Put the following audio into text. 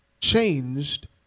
changed